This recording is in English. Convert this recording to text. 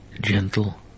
gentle